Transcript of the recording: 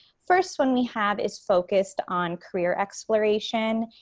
first one we have is focused on career exploration.